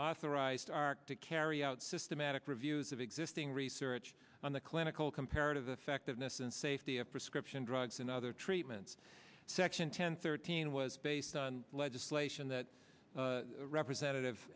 authorize to carry out systematic reviews of existing research on the clinical comparative effectiveness and safety of prescription drugs and other treatments section ten thirteen was based on legislation that representative